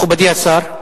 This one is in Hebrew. מכובדי השר,